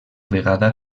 vegada